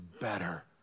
better